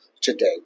today